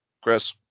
Chris